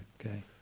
Okay